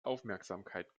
aufmerksamkeit